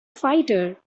fighter